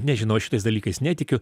nežinau šitais dalykais netikiu